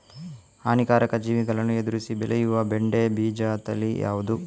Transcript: ಹಾನಿಕಾರಕ ಜೀವಿಗಳನ್ನು ಎದುರಿಸಿ ಬೆಳೆಯುವ ಬೆಂಡೆ ಬೀಜ ತಳಿ ಯಾವ್ದು?